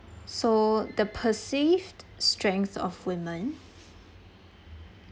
so the perceived strengths of women